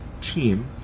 team